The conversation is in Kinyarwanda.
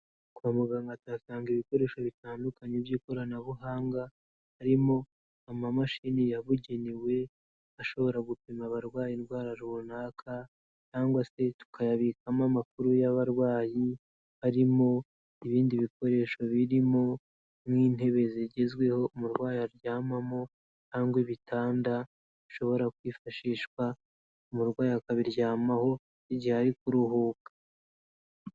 Kwa muganga tuhasanga ibikoresho bitandukanye by'ikoranabuhanga harimo, amamashini yabugenewe ashobora gupima abarwaye indwara runaka cyangwa se tukayabikamo amakuru y'abarwayi, harimo ibindi bikoresho birimo nk'intebe zigezweho umurwayi aryamamo cyangwa ibitanda bishobora kwifashishwa umurwayi akabiryamaho igihe ari kuruhuka.